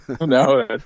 No